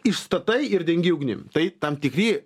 išstatai ir dengė ugnim tai tam tikri